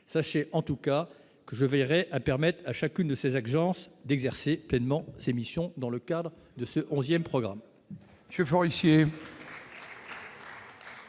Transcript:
sachez en tout cas que je veillerai à permettent à chacune de ses exigences d'exercer pleinement ses missions dans le cadre de ce 11ème, programme.